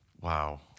Wow